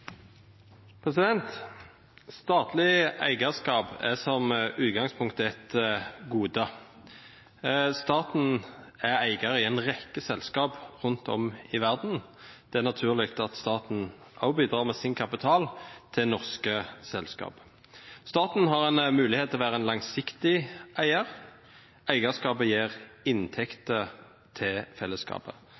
som utgangspunkt et gode. Staten er eier i en rekke selskap rundt om i verden. Det er naturlig at staten også bidrar med sin kapital til norske selskap. Staten har mulighet til å være en langsiktig eier. Eierskapet gir inntekter til fellesskapet.